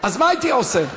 אז מה הייתי עושה?